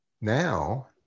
now